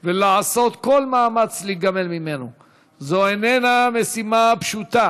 ובני-נוער, איננו מזיק פחות,